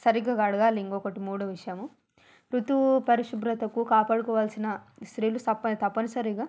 సరిగా కడగాలి ఇంకొకటి మూడో విషయము ఋతువు పరిశుభ్రతకు కాపాడుకోవలసిన స్త్రీలు సప్ప తప్పనిసరిగా